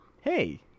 Hey